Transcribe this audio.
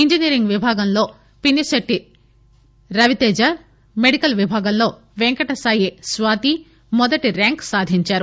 engineering విభాగంలో Pinisetti Raviteja medical విభాగంలో పెంకటసాయి స్వాతి మొదటి ర్వాంక్ సాధించారు